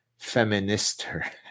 feminister